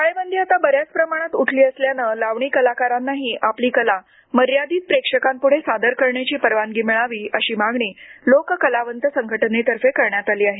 टाळेबंदी आता बऱ्याच प्रमाणात उठली असल्यानं लावणी कलाकारांनाही आपली कला मर्यादित प्रेक्षकांपुढं सादर करण्याची परवानगी मिळावी अशी मागणी लोककलावंत संघटनेतर्फे करण्यात आली आहे